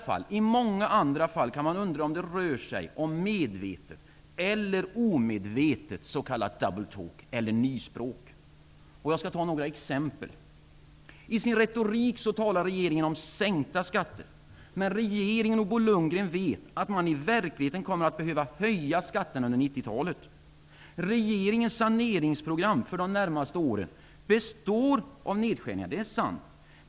Men i många andra fall kan man undra om det rör sig om medvetet eller omedvetet s.k. double talk, eller nyspråk. Jag skall ta några exempel. I sin retorik talar regeringen om sänkta skatter. Men regeringen och Bo Lundgren vet att man i verkligheten kommer att behöva höja skatterna under 90-talet. Regeringens saneringsprogram för de närmaste åren består av nedskärningar, det är sant.